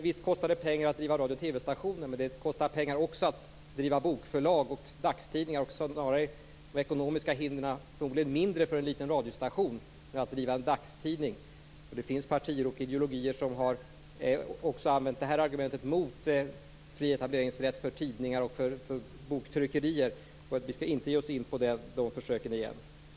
Visst kostar det pengar att driva radio och TV stationer, men det kostar också pengar att driva bokförlag och dagstidningar. Som det är i dag är de ekonomiska hindren förmodligen mindre för en liten radiostation än för en dagstidning. Det finns partier och ideologier som har använt det här argumentet mot fri etableringsrätt för tidningar och boktryckerier. Vi skall inte ge oss in på sådana försök igen.